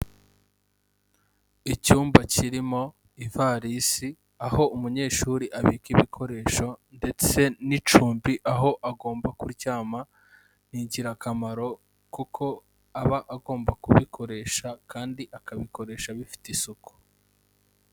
Icyumba kirimo ivarisi aho umunyeshuri abika ibikoresho ndetse n'icumbi aho agomba kuryama, ni ingirakamaro kuko aba agomba kubikoresha kandi akabikoresha bifite isuku.